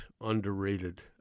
underrated